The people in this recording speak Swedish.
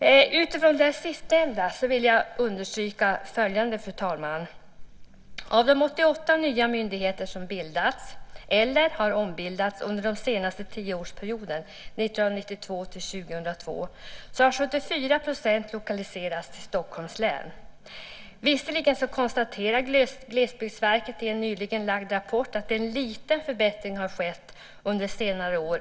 Utifrån det sistnämnda vill jag understryka följande. Av de 88 nya myndigheter som har bildats eller ombildats under den senaste tioårsperioden 1992-2002 har 74 % lokaliserats till Stockholms län. Visserligen konstaterar Glesbygdsverket i en nyligen framlagd rapport att en liten förbättring har skett under senare år.